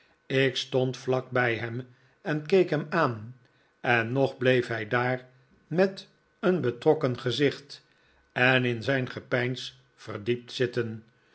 ik stond vlak bij hem en keek hem aan en nog bleef hij daar met een betrokken gezicht en in zijn gepeins verdiept zitten